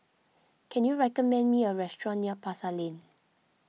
can you recommend me a restaurant near Pasar Lane